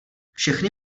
všechny